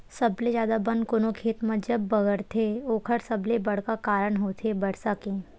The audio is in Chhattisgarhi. सबले जादा बन कोनो खेत म जब बगरथे ओखर सबले बड़का कारन होथे बरसा के